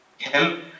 help